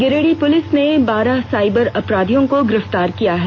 Giridih police ने बारह cyber अपराधियों को गिरफ्तार किया है